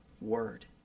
word